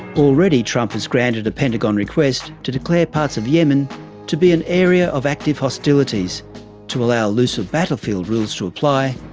already trump has granted a pentagon request to declare parts of yemen to be an area of active hostilities to allow looser battlefield rules to apply,